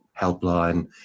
helpline